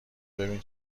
ببین